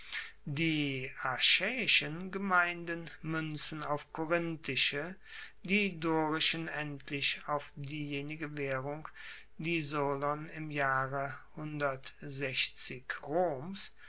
die achaeischen gemeinden muenzen auf korinthische die dorischen endlich auf diejenige waehrung die solon im jahre roms